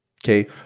Okay